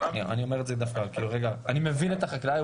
ואני אומר את זה מתוך זה שאני מבין את החקלאי,